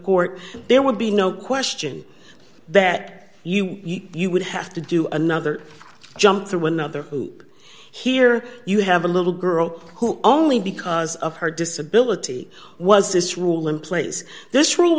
court there would be no question that you would have to do another jump through another hoop here you have a little girl who only because of her disability was this rule in place this rule